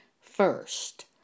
first